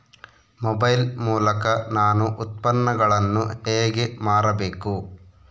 Mobile ಮೂಲಕ ನಾನು ಉತ್ಪನ್ನಗಳನ್ನು ಹೇಗೆ ಮಾರಬೇಕು?